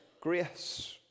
grace